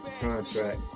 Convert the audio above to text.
contract